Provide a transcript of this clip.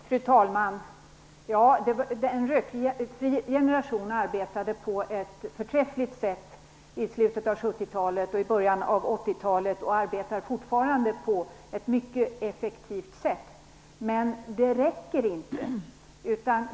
Fru talman! En rökfri generation arbetade på ett förträffligt sätt i slutet av 1970-talet och i början av 1980-talet och arbetar fortfarande på ett mycket effektivt sätt. Men det räcker inte.